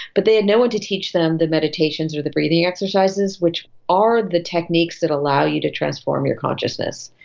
but they had no one to teach them the meditations or the breathing exercises, which are the techniques that allow you to transform your consciousness.